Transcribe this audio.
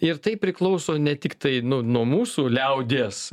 ir tai priklauso ne tiktai nu nuo mūsų liaudies